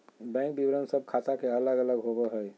bank विवरण सब ख़ाता के अलग अलग होबो हइ